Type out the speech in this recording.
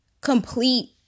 complete